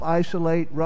isolate